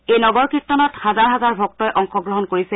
এই নগৰ কীৰ্তনত হাজাৰ হাজাৰ ভক্তই অংশ গ্ৰহণ কৰিছে